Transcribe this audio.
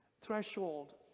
threshold